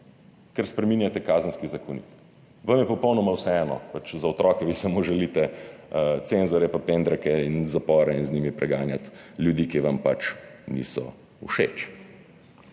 ker spreminjate Kazenski zakonik. Vam je popolnoma vseeno za otroke, vi samo želite cenzorje pa pendreke in zapore in z njimi preganjati ljudi, ki vam pač niso všeč.